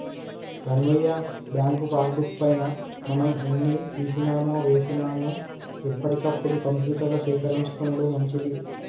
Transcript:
Rangayya bank pass book పైన మనం ఎన్ని తీసినామో వేసినాము ఎప్పటికప్పుడు కంప్యూటర్ల సేకరించుకొనుడు మంచిది